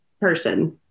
person